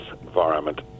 environment